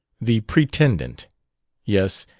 the pretendant yes,